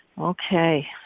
Okay